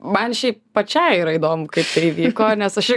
man šiaip pačiai yra įdomu kaip tai įvyko nes aš ir